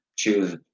choose